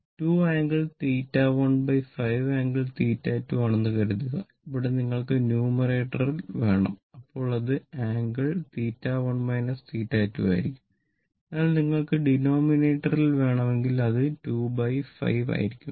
2 angle 1 5 angle 2 ആണെന്ന് കരുതുക ഇവിടെ നിങ്ങൾക്ക് ന്യൂമറേറ്ററിൽ വേണം അപ്പോൾ അത് ആംഗിൾ 1 2 ആയിരിക്കും എന്നാൽ നിങ്ങൾക്ക് ഡിനോമിനേറ്ററിൽ വേണമെങ്കിൽ അത് 25 ആയിരിക്കും